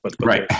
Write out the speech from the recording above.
Right